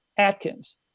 Atkins